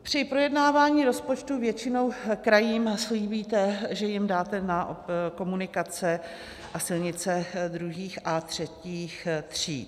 Při projednávání rozpočtu většinou krajům slíbíte, že jim dáte na komunikace a silnice druhých a třetích tříd.